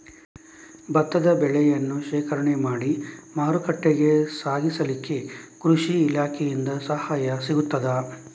ಭತ್ತದ ಬೆಳೆಯನ್ನು ಶೇಖರಣೆ ಮಾಡಿ ಮಾರುಕಟ್ಟೆಗೆ ಸಾಗಿಸಲಿಕ್ಕೆ ಕೃಷಿ ಇಲಾಖೆಯಿಂದ ಸಹಾಯ ಸಿಗುತ್ತದಾ?